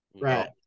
Right